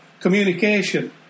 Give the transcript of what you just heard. communication